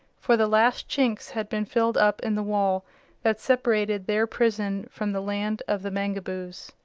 for the last chinks had been filled up in the wall that separated their prison from the land of the mangaboos.